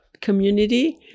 community